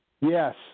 Yes